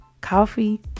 coffee